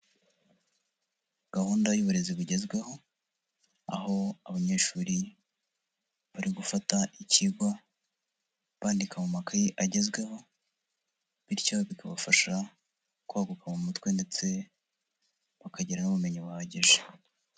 Gahunda y'uburezi bugezweho, aho abanyeshuri bari gufata ikigwa, bandika mu makaye agezweho bityo bikabafasha kwaguka mu mutwe ndetse bakagira n'ubumenyi buhagije.